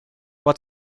what